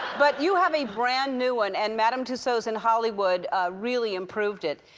but you have a brand new one, and madame tussauds in hollywood really improved it.